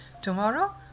Tomorrow